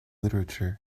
literature